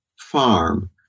farm